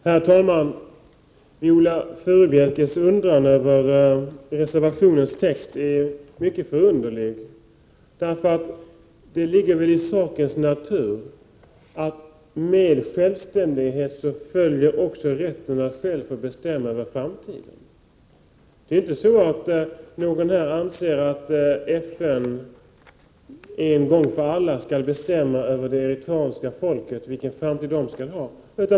Herr talman! Viola Furubjelkes undran över reservationens text är mycket förunderlig, för det ligger i sakens natur att med självständigheten följer rätten att själv få bestämma över framtiden. Inte någon här anser att FN en gång för alla skall bestämma vilken framtid det eritreanska folket skall ha.